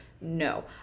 No